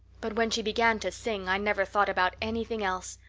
but when she began to sing i never thought about anything else.